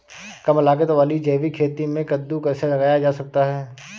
कम लागत वाली जैविक खेती में कद्दू कैसे लगाया जा सकता है?